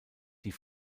die